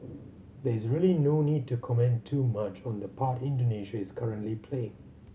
there is really no need to comment too much on the part Indonesia is currently playing